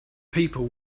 people